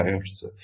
5 hertz છે